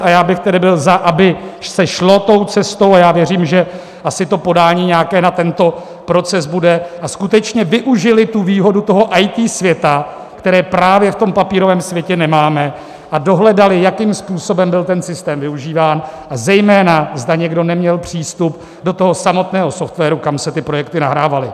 A já bych tedy byl pro, aby se šlo tou cestou, a já věřím, že asi nějaké to podání na tento proces bude, a skutečně využili výhodu toho IT světa, kterou právě v tom papírovém světě nemáme, a dohledali, jakým způsobem byl ten systém využíván a zejména zda někdo neměl přístup do toho samotného softwaru, kam se ty projekty nahrávaly.